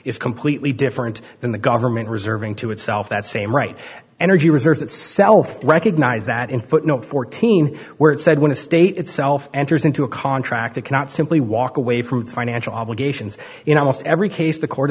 is completely different than the government reserving to itself that same right energy reserves itself recognise that in footnote fourteen where it said when a state itself enters into a contract it cannot simply walk away from its financial obligations you know most every case the court